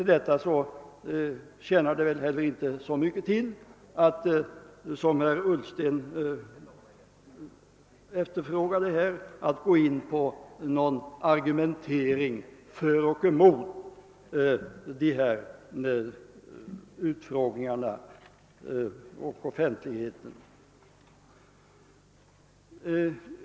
Det tjänar väl därför inte mycket till att som herr Ullsten ifrågasatte gå in på någon argumentering för och emot utfrågningar och offentlighet.